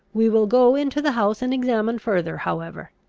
we will go into the house, and examine further however.